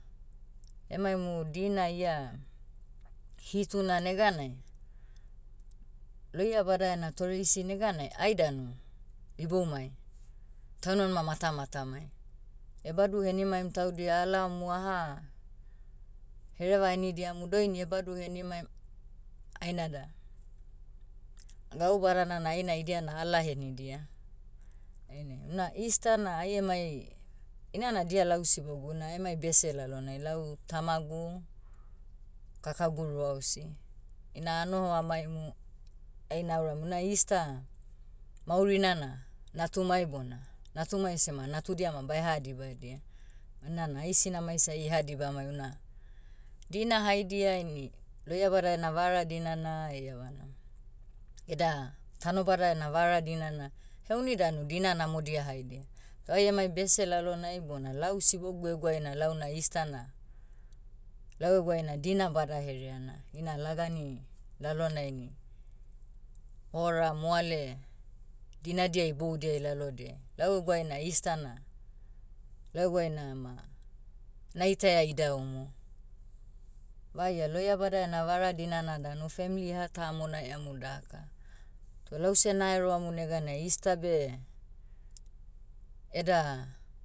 Emaimu dina ia, hituna neganai, lohiabada ena tore isi neganai ai danu, iboumai, taunimanima matamatamai. Ebadu henimaim taudia alaomu aha, hereva enidiamu doini ebadu henimaim, ainada, gau badana na aina idana ala henidia. Ainai, una easter na ai emai, inana dia lau sibogu na aemai bese lalonai. Lau tamagu, kakagu ruaosi, ina anoho amaimu, aina auram una easter, maurina na, natumai bona, natumai ese ma natudia ma bae hadibadia. Ba nana ai sinamai seh ai eha dibamai una. Dina haidia ini, lohiabada ena vara dinana eievana, eda, tanobada ena vara dinana, heuni danu dina namodia haidia. Kai emai bese lalonai bona lau sibogu eguai na launa easter na, lau eguai na dina bada hereana. Ina lagani, lalonai ni, hora moale, dinadia iboudiai lalodiai. Lau eguai na easter na, lau eguai nama, naitaia idaumu. Vaia lohiabada ena vara dinana danu femli eha tamonaiamu daka. Toh lause naeroamu neganai easter beh, eda,